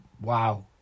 Wow